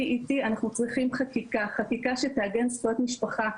אנחנו צריכים חקיקה, חקיקה שתעגן זכויות משפחה.